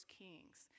kings